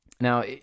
Now